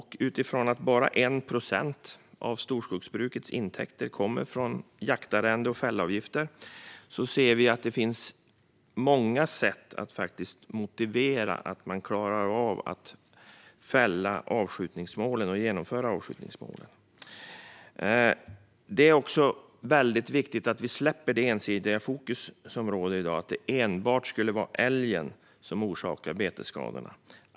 Eftersom bara 1 procent av storskogsbrukets intäkter kommer från jaktarrende och fällavgifter ser vi att det finns många sätt att motivera att man klarar av att genomföra avskjutningsmålen. Det är också viktigt att vi släpper det ensidiga fokus som finns i dag på att det enbart skulle vara älgen som orsakar betesskador.